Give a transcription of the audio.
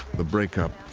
the breakup,